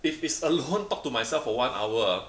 if it's alone talk to myself for one hour ah